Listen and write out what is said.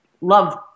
love